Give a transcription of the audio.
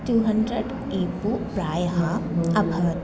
two hundred इपु प्रायः अभवत्